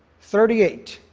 thirty eight.